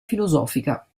filosofica